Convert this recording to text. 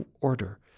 order